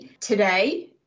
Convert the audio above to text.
Today